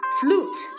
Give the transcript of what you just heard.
Flute